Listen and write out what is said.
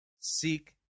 Seek